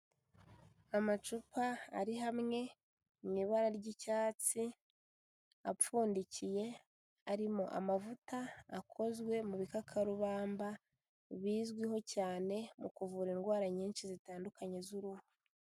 Amacupa ari hamwe mu ibara ry'icyatsi apfundikiye, arimo amavuta akozwe mu bikakarubamba bizwiho cyane mu kuvura indwara nyinshi zitandukanye z'uruhu.